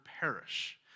perish